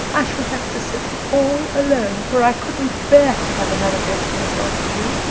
i shall have to sit all alone, for i couldn't bear to have another deskmate after you.